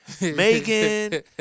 Megan